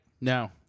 No